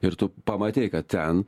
ir tu pamatei kad ten